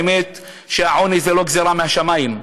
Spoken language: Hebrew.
האמת היא שהעוני זה לא גזירה משמים.